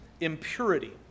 impurity